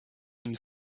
une